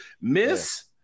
Miss